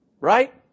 Right